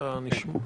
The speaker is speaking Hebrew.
אתה נשמע חלש.